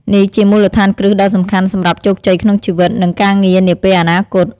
នេះជាមូលដ្ឋានគ្រឹះដ៏សំខាន់សម្រាប់ជោគជ័យក្នុងជីវិត និងការងារនាពេលអនាគត។